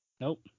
nope